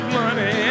money